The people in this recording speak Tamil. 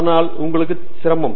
அதனால் உங்களுக்கு தெரியும் சிரமம்